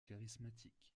charismatique